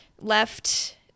left